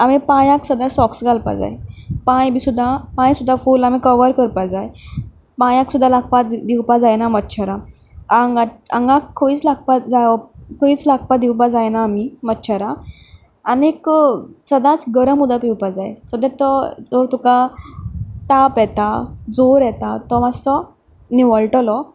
आमी पांयांक सदां सोक्स घालपा जाय पांय सुद्दा फूल आमी कवर करपा जाय पांयांक सुद्दा लागपाक दिवपाक जायना मच्छरां आंगांक आंगांक खंयच लागपा खंयच लागपा दिवपा जायना आमी मच्छरां आनीक सदांच गरम उदक पिवपा जाय तो तुका ताप येता जोर येता तो मातसो निवळटलो